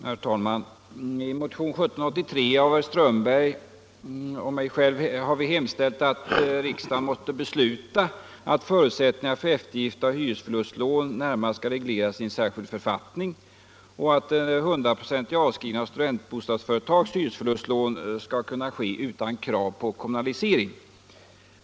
Herr talman! I motionen 1783 har herr Strömberg och jag hemställt att riksdagen måtte besluta att förutsättningarna för eftergift av hyresförlustlån närmare skall regleras i särskild författning och att 100-procentig avskrivning av studentbostadsföretags hyresförlustlån skall kunna ske utan krav på kommunalisering.